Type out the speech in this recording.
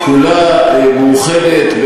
לא תחולק.